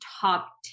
top